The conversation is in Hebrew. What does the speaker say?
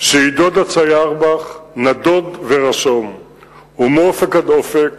שיידוד הצייר בך נדוד ורשום / ומאופק עד אופק